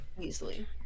easily